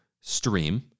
stream